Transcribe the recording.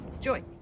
Joy